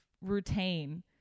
routine